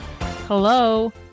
Hello